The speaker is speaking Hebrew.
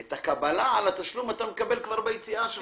את הקבלה על התשלום אתה מקבל כבר ביציאה שלך.